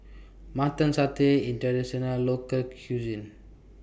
Mutton Satay IS A Traditional Local Cuisine